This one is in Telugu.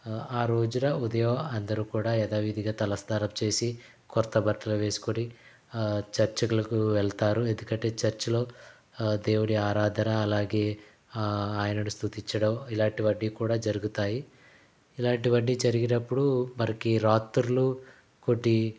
ఆ రోజున ఉదయం అందరు కూడా యధావిధిగా తలస్నానం చేసి కొత్త బట్టలు వేసుకొని చర్చిలకు వెళ్తారు ఎందుకంటే చర్చ్లో ఆ దేవుని ఆరాధన అలాగే ఆయనను స్తుతించడం ఇలాంటివన్ని కూడా జరుగుతాయి ఇలాంటివన్ని జరిగినప్పుడు మనకి రాత్రులు కొన్ని